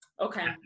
Okay